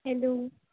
hello